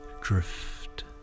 drift